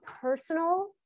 personal